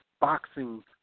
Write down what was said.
boxing